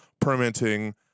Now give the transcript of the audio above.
permitting